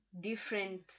different